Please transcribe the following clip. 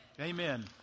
Amen